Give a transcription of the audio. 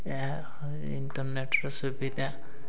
ଏହା ଇଣ୍ଟର୍ନେଟ୍ର ସୁବିଧା